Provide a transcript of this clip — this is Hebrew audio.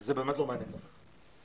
זה באמת לא מעניין אף אחד.